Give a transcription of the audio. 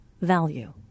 value